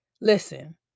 Listen